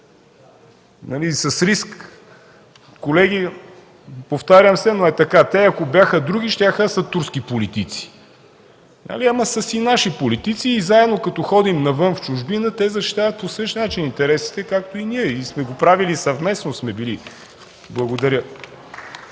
С риск, колеги, повтарям се, но е така – те, ако бяха други, щяха да са турски политици. Ама, са си наши политици и заедно, като ходим навън, в чужбина, те защитават по същия начин интересите, както и ние. И сме го правили съвместно. Благодаря.